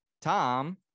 tom